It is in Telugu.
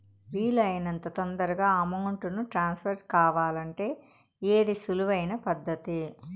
వీలు అయినంత తొందరగా అమౌంట్ ను ట్రాన్స్ఫర్ కావాలంటే ఏది సులువు అయిన పద్దతి